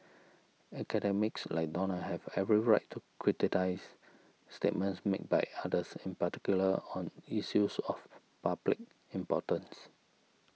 academics like Donald have every right to criticise statements made by others in particular on issues of public importance